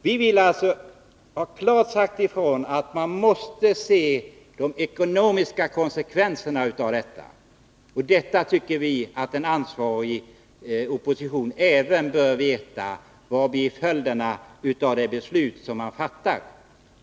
Vi vill alltså ha klart sagt ifrån att man måste se de ekonomiska konsekvenserna av ett förslag. Även en ansvarig opposition bör veta vad som blir följderna av det beslut som man fattar.